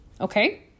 Okay